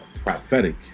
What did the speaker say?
prophetic